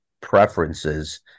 preferences